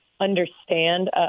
understand